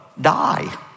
die